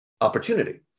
opportunity